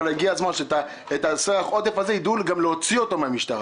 אבל הגיע הזמן שאת סרח העודף הזה ידעו להוציא מן המשטרה.